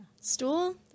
stool